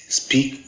speak